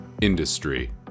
industry